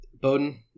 Bowden